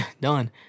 done